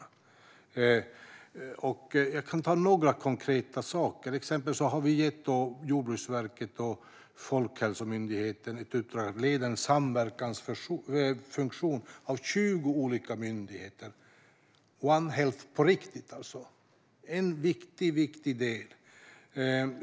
Jag kan nämna några konkreta saker. Exempelvis har vi gett Jordbruksverket och Folkhälsomyndigheten i uppdrag att leda en samverkansfunktion som omfattar 20 olika myndigheter - One Health på riktigt, alltså. Det är en viktig del.